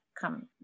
come